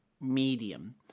Medium